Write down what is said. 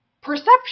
perception